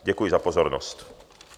Děkuji za pozornost.